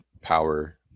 power